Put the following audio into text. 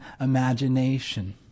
imagination